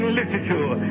literature